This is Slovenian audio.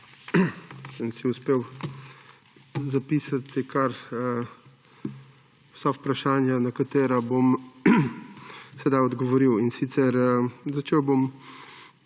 Sem si uspel zapisati kar vsa vprašanja, na katera bom sedaj odgovoril. Začel bom